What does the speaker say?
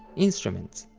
instruments.